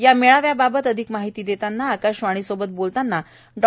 या मेळाव्याबाबत अधिक माहिती देतांना आकाशवाणी सोबत बोलतांना डॉ